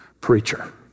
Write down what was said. preacher